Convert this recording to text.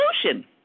solution